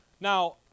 Now